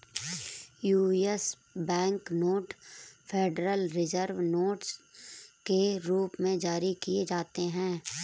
US bank note Federal Reserve notes के रूप में जारी किए जाते हैं